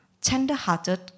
tender-hearted